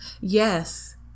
yes